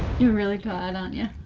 you're really tired aren't yeah